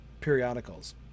periodicals